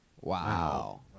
wow